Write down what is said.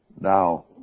Now